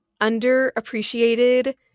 underappreciated